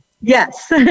Yes